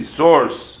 source